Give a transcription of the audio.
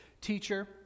Teacher